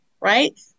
Right